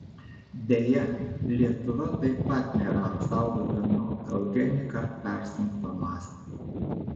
deja lietuva taip pat nėra apsaugota nuo eugenika persunkto mąstymo